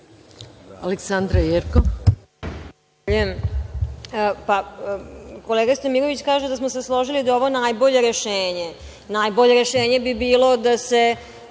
Aleksandra Jerkov.